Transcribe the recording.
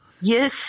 Yes